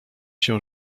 się